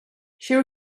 she